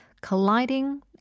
colliding